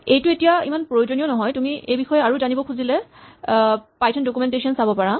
এইটো এতিয়া ইমান প্ৰয়োজনীয় নহয় তুমি যদি এই বিষয়ে আৰু জানিব খুডিছা তেতিয়া পাইথন ডকুমেন্টেচন চাবা